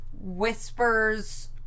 whispers